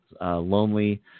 lonely